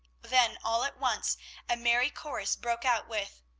then all at once a merry chorus broke out with